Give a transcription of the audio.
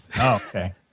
okay